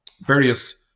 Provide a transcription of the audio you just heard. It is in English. various